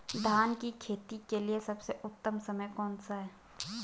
धान की खेती के लिए सबसे उत्तम समय कौनसा है?